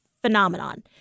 phenomenon